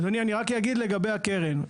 אדוני, אני רק אגיד לגבי הקרן.